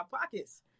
pockets